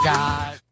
God